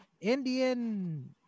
Indian